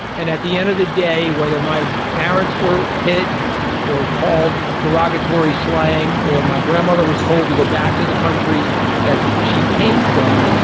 and at the end of the day whether my parents were hit or called derogatory slang or my grandmother was told to go back to the country that she came from.